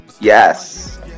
yes